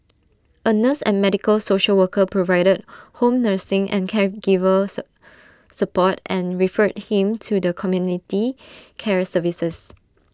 A nurse and medical social worker provided home nursing and caregiver sir support and referred him to the community care services